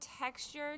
texture